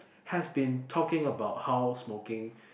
has been talking about how smoking